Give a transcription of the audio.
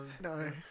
No